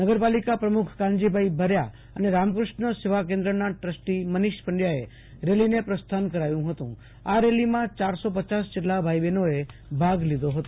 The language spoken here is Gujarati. નગર પાલિકા પ્રમુખ કાનજીભાઈ ભર્યા અને રામકૃષ્ણ સેવા કેન્દ્રના ટ્રસ્ટી મનિષ પંડ્યાએ રેલીને પ્રસ્થાન કરાવ્યુ ફતું આ રેલીમાં યારસો પયાસ જેટલા ભાઈ બહેનોએ ભાગ લીધો હતો